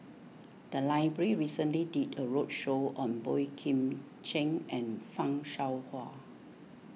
the library recently did a roadshow on Boey Kim Cheng and Fan Shao Hua